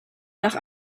nach